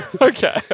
okay